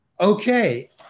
Okay